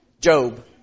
Job